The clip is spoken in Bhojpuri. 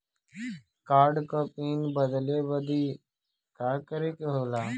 कार्ड क पिन बदले बदी का करे के होला?